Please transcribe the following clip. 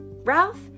Ralph